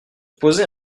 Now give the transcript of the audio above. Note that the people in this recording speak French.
posait